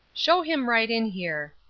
show him right in here,